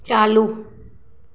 चालू